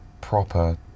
proper